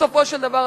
בסופו של דבר,